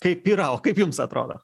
kaip yra o kaip jums atrodo